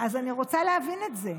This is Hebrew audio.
אז אני רוצה להבין את זה.